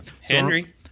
henry